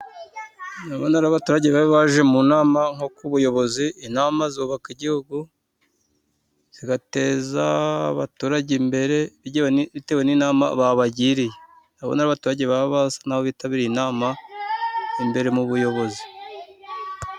Ndabona ari abaturage bari baje mu nama, nko ku buyobozi, inama zubaka igihugu, zigateza abaturage imbere, bitewe n'inama babagiriye. Ndabona ari abaturage baba basa nabo bitabiriye inama, imbere mu buyobozi.